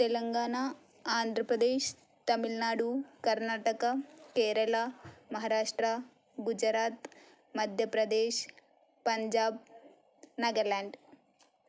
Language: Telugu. తెలంగాణ ఆంధ్రప్రదేశ్ తమిళనాడు కర్ణాటక కేరళ మహారాష్ట్ర గుజరాత్ మధ్యప్రదేశ్ పంజాబ్ నాగాలాండ్